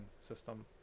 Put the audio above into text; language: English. system